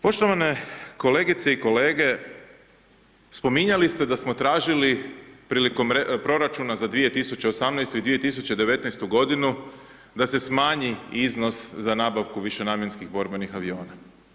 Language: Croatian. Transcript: Poštovane kolegice i kolege spominjali ste da smo tražili prilikom proračuna za 2018. i 2019. godinu da se smanji iznos za nabavku višenamjenskih borbenih aviona.